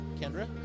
Kendra